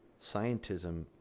scientism